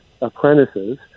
apprentices